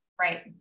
right